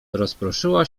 rozproszyła